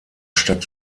stadt